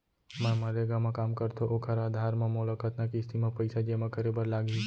मैं मनरेगा म काम करथो, ओखर आधार म मोला कतना किस्ती म पइसा जेमा करे बर लागही?